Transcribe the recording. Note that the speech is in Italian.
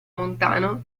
montano